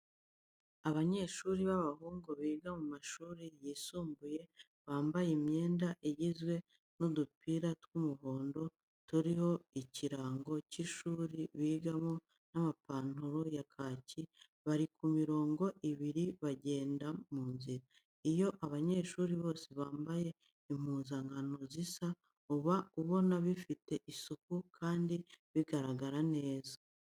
Abanyeshuri b'abahungu biga mu ishuri ryisumbuye bambaye imyenda igizwe n'udupira tw'umuhondo, turiho ikirango cy'ishuri bigamo n'amapantaro ya kaki, bari ku mirongo ibiri bagenda mu nzira, iyo abanyeshuri bose bambaye impuzankano zisa, uba ubona bafite isuku kandi bagaragara neza.